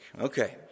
Okay